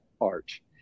arch